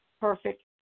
perfect